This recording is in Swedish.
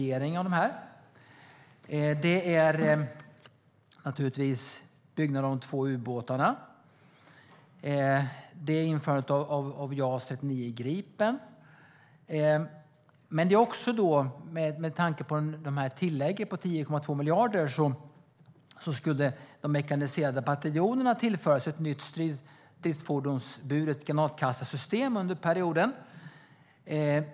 Vidare handlar det naturligtvis om byggandet av de två ubåtarna och om införandet av JAS 39 Gripen. Med tanke på tillägget med 10,2 miljarder skulle de mekaniserade bataljonerna tillföras ett nytt stridsfordonsburet granatkastarsystem under perioden.